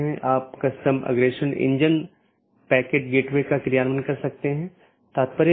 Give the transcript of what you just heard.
तो एक है optional transitive वैकल्पिक सकर्मक जिसका मतलब है यह वैकल्पिक है लेकिन यह पहचान नहीं सकता है लेकिन यह संचारित कर सकता है